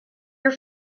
your